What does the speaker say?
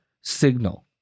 signal